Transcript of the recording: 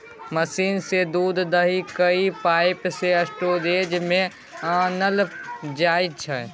machine सँ दुध दुहि कए पाइप सँ स्टोरेज मे आनल जाइ छै